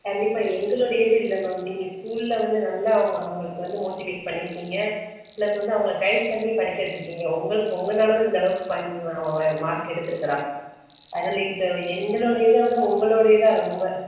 கண்டிப்பாக எங்களோட இது இல்லை மேம் நீங்கள் ஸ்கூலில் வந்து நல்லா அவங்க அவங்களுக்கு வந்து மோட்டிவேட் பண்ணியிருக்கீங்க ப்ளஸ் வந்து அவங்கள கைட் பண்ணி படிக்க வச்சுருக்கீங்க உங்களுக்கு உங்களால தான் இந்தளவுக்கு அவள் மார்க் எடுத்துருக்கிறா அதில் இதில் எங்களுடைய இதை விட உங்களோட இதான் ரொம்ப